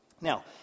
Now